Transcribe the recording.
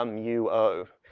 um u o.